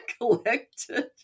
collected